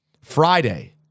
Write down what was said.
Friday